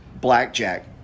blackjack